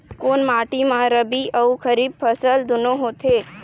कोन माटी म रबी अऊ खरीफ फसल दूनों होत हे?